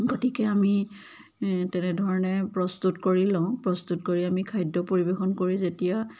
গতিকে আমি তেনেধৰণে প্ৰস্তুত কৰি লওঁ প্ৰস্তুত কৰি আমি খাদ্য পৰিৱেশন কৰি যেতিয়া